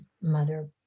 mother